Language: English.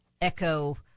echo